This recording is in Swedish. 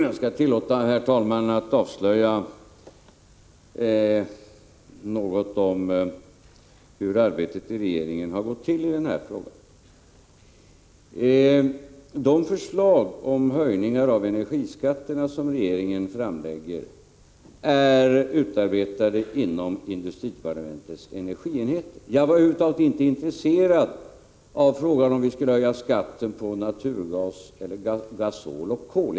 Herr talman! Jag skall tillåta mig att avslöja något om hur arbetet i regeringen har gått till i den här frågan. De förslag till höjningar av energiskatterna som regeringen framlägger är utarbetade inom industridepartementets energienhet. Jag var över huvud taget inte intresserad av frågan om huruvida vi skulle höja skatten på naturgas, gasol eller kol.